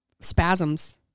spasms